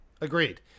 Agreed